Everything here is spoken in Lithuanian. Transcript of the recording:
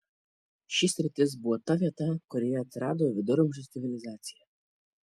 ši sritis buvo ta vieta kurioje atsirado viduramžių civilizacija